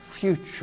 future